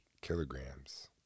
kilograms